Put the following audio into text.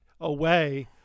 away